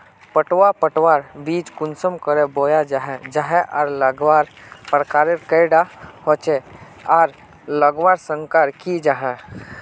पटवा पटवार बीज कुंसम करे बोया जाहा जाहा आर लगवार प्रकारेर कैडा होचे आर लगवार संगकर की जाहा?